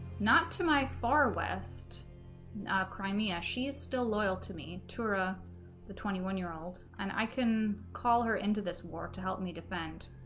not to my far west crimea she is still loyal to me torah the twenty one year old and i can call her into this war to help me defend